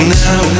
now